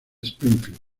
springfield